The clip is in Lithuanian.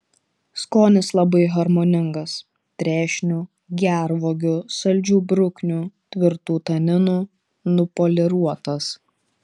skonis labai harmoningas trešnių gervuogių saldžių bruknių tvirtų taninų nupoliruotas